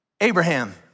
Abraham